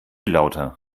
lauter